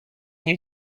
nie